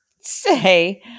say